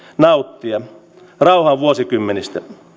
nauttia rauhan vuosikymmeniin